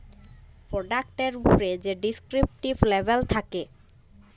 পরডাক্টের উপ্রে যে ডেসকিরিপ্টিভ লেবেল থ্যাকে